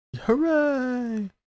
Hooray